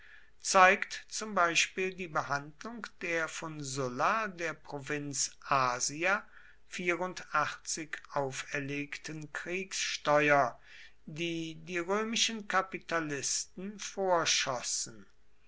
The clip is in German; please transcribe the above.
zeigt zum beispiel die behandlung der von sulla der provinz asia auferlegten kriegssteuer die die römischen kapitalisten vorschossen